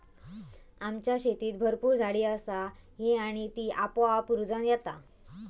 आमच्या शेतीत भरपूर झाडी असा ही आणि ती आपोआप रुजान येता